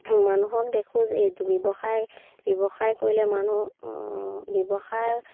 মানুহক দেখোঁ যে এইটো ব্যৱসায় ব্যৱসায় কৰিলে মানুহ ব্যৱসায়